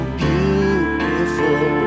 beautiful